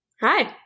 Hi